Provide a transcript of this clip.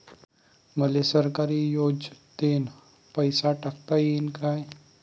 मले सरकारी योजतेन पैसा टाकता येईन काय?